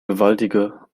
gewaltige